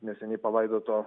neseniai palaidoto